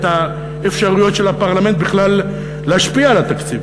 האפשרויות של הפרלמנט בכלל להשפיע על התקציב.